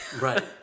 Right